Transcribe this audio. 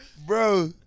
Bro